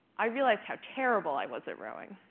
i realized how terrible i was at rowing.